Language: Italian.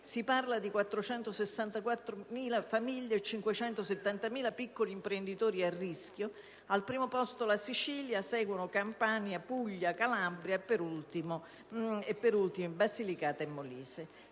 Si parla di 464.000 famiglie e di 570.000 piccoli imprenditori a rischio. Al primo posto la Sicilia. Seguono Campania, Puglia, Calabria e, per ultime, Basilicata e Molise.